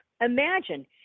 imagine